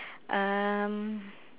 um